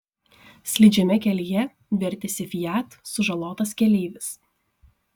slidžiame kelyje vertėsi fiat sužalotas keleivis